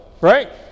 right